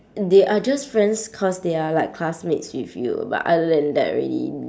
they are just friends cause they are like classmates with you but other than that really